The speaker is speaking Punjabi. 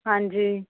ਹਾਂਜੀ